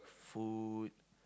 food